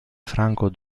franco